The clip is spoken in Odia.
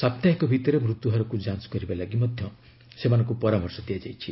ସାପ୍ତାହିକ ଭିଭିରେ ମୃତ୍ୟୁହାରକୁ ଯାଞ୍ଚ କରିବା ଲାଗି ମଧ୍ୟ ସେମାନଙ୍କୁ ପରାମର୍ଶ ଦିଆଯାଇଛି